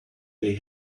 they